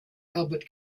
albert